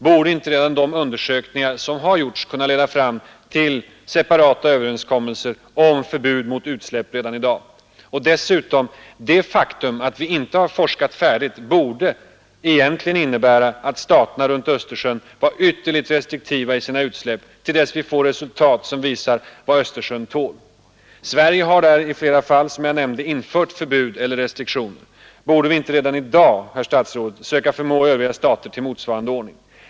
Borde inte redan de undersökningar som har gjorts kunna leda fram till separata överenskommelser om förbud mot utsläpp redan i dag? Och dessutom: Det faktum att vi inte har forskat färdigt borde egentligen innebära att staterna runt Östersjön vore ytterligt restriktiva i sina utsläpp till dess vi får resultat som visar vad Östersjön tål. Sverige har där i flera fall, som jag nämnde, infört förbud eller restriktioner. Borde vi inte redan i dag, herr statsråd, söka förmå övriga stater till motsvarande ordning?